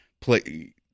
play